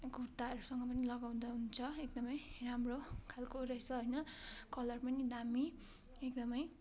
कुर्ताहरूसँग पनि लगाउँदा हुन्छ एकदम राम्रो खाले रहेछ होइन कलर पनि दामी एकदम